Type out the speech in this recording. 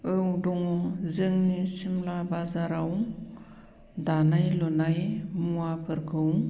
औ दङ जोंनि सिमला बाजाराव दानाय लुनाय मुवाफोरखौ